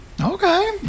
Okay